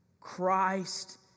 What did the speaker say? Christ